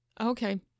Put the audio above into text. Okay